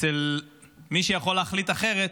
אצל מי שיכול להחליט אחרת,